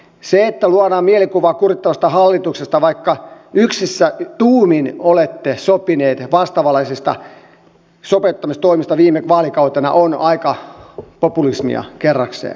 se että luodaan mielikuva kurittavasta hallituksesta vaikka yksissä tuumin olette sopineet vastaavanlaisista sopeuttamistoimista viime vaalikautena on aika populismia kerrakseen